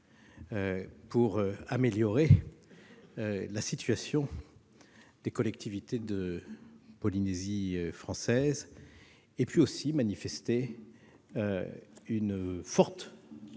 pour améliorer la situation des collectivités de Polynésie française et manifester une forte volonté